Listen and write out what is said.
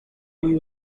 muy